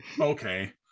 okay